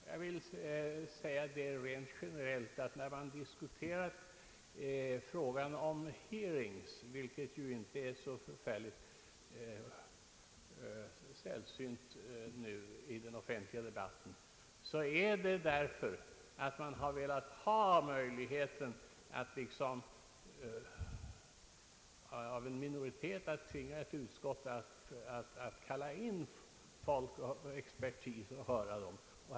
Jag vill rent allmänt säga, att när man diskuterar frågan om »hearings», vilket ju inte är så förfärligt sällsynt nu i den offentliga debatten, så är det därför att man har velat ge en minoritet i ett utskott möjlighet att tvinga utskottet att kalla in och höra expertis.